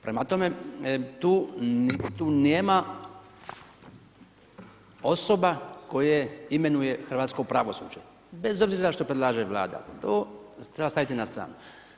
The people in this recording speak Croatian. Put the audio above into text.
Prema tome, tu nema osoba koje imenuje hrvatsko pravosuđe, bez obzira što predlaže Vlada, to treba staviti na stranu.